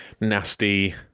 nasty